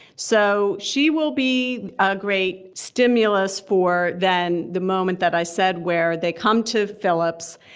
so she will be a great stimulus for then the moment that i said where they come to phillips.